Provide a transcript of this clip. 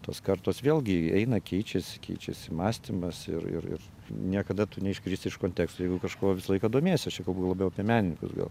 tos kartos vėlgi eina keičiasi keičiasi mąstymas ir ir ir niekada neiškrisi iš konteksto jeigu kažkuo visą laiką domėsies aš čia kalbu labiau apie menininkus gal